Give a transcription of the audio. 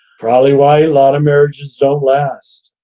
probably why a lot of marriages don't last